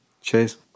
Cheers